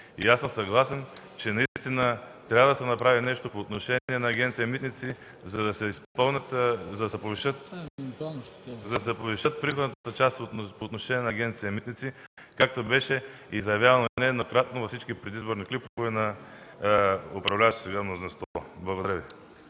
Аз съм съгласен, че наистина трябва да се направи нещо по отношение на Агенция „Митници“, за да се повиши приходната част по отношение на Агенция „Митници”, както беше заявявано нееднократно във всички предизборни клипове на управляващото мнозинство. Благодаря Ви.